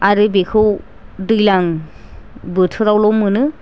आरो बेखौ दैज्लां बोथोरावल' मोनो